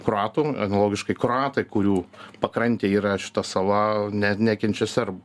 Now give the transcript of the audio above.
kroatų analogiškai kroatai kurių pakrantėj yra šita sala net nekenčia serbų